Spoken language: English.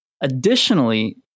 Additionally